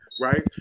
Right